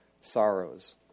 sorrows